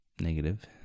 negative